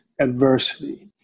adversity